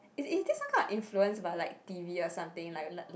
is is di~ some kind of influence by like t_v or something like like like